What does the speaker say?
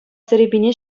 серепине